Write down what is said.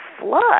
flood